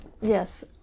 Yes